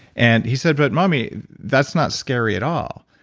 and he said but mommy, that's not scary at all.